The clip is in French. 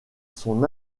son